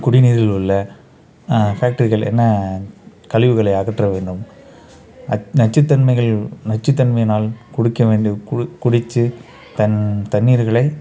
குடிநீரில் உள்ள பேக்ட்ரிகள் என்ன கழிவுகளை அகற்ற வேண்டும் நச் நச்சுத்தன்மைகள் நச்சுத்தன்மையினால் குடிக்க வேண்டி குடி குடிச்சு தண் தண்ணீர்களை